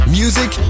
music